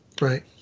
Right